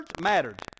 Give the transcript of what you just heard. mattered